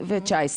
ו-19.